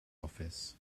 office